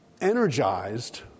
energized